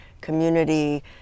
community